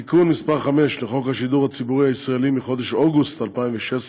בתיקון מס' 5 לחוק השידור הציבורי הישראלי מחודש אוגוסט 2016